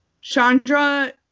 Chandra